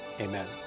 Amen